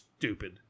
Stupid